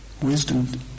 Wisdom